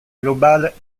globale